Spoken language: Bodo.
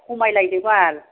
खमाय लायदो बाल